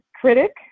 critic